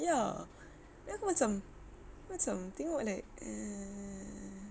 ya then aku macam macam tengok like eh